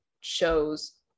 shows